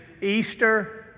Easter